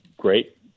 great